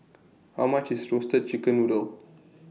How much IS Roasted Chicken Noodle